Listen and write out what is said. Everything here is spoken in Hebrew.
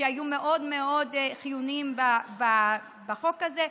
שהיו מאוד חיוניים בחוק הזה,